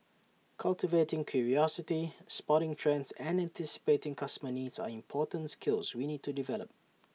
cultivating curiosity spotting trends and anticipating customer needs are important skills we need to develop